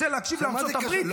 רוצה להקשיב לארצות הברית,